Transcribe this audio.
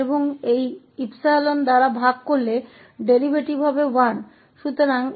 और फिर इस से विभाजित किया जाएगा और यह 𝜖 डेरीवेटिव 1 होगा